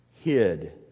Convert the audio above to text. hid